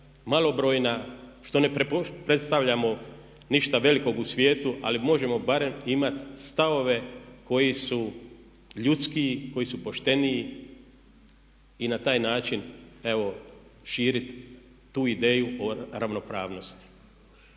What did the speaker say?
malobrojna što ne predstavljamo ništa velikog u svijetu ali možemo barem imati stavove koji su ljudskiji, koji su pošteniji i na taj način evo širiti tu ideju o ravnopravnosti.